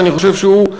כי אני חושב שהוא,